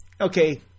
Okay